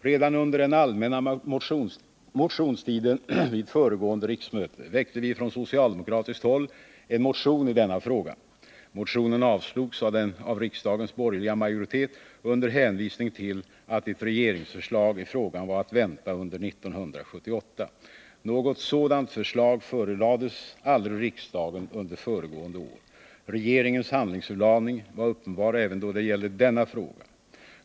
Redan under den allmänna motionstiden vid föregående riksmöte väckte vi från socialdemokratiskt håll en motion i denna fråga. Motionen avslogs av riksdagens borgerliga majoritet under hänvisning till att ett regeringsförslag i frågan var att vänta under 1978. Något sådant förslag förelades aldrig riksdagen under föregående år. Regeringens handlingsförlamning var uppenbar även då det gällde denna fråga.